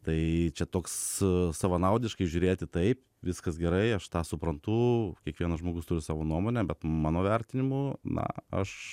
tai čia toks savanaudiškai žiūrėti taip viskas gerai aš tą suprantu kiekvienas žmogus turi savo nuomonę bet mano vertinimu na aš